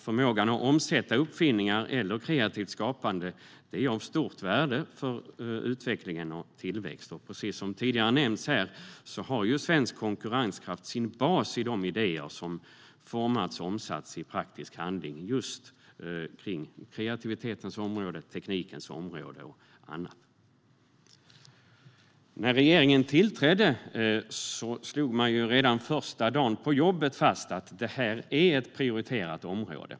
Förmågan att omsätta uppfinningar eller kreativt skapande är av stort värde för utveckling och tillväxt. Precis som tidigare nämnts här har svensk konkurrenskraft sin bas i de idéer som formats och omsatts i praktisk handling på kreativitetens och teknikens område. När regeringen tillträdde slog den redan första dagen på jobbet fast att detta är ett prioriterat område.